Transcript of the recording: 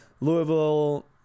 Louisville